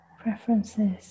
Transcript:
preferences